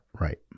Right